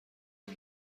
این